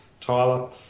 Tyler